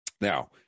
Now